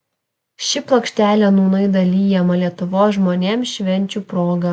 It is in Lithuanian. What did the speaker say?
ši plokštelė nūnai dalijama lietuvos žmonėms švenčių proga